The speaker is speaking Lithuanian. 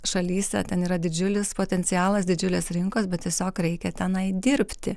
šalyse ten yra didžiulis potencialas didžiulės rinkos bet tiesiog reikia tenai dirbti